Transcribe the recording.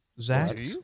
Zach